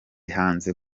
hanze